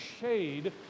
shade